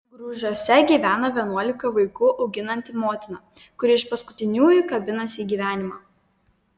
grūžiuose gyvena vienuolika vaikų auginanti motina kuri iš paskutiniųjų kabinasi į gyvenimą